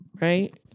right